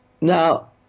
Now